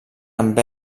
amb